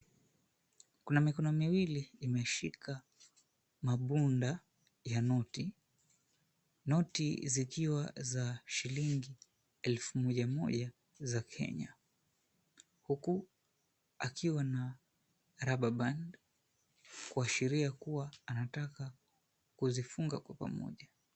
Kuna mikono miwili yameshika mabunda ya noti. Noti zikiwa za shilingi elfu moja moja za Kenya, huku akiwa na rubber band kuashiria kuwa anataka kuzifunga kwa pamoja.